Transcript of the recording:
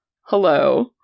hello